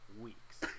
weeks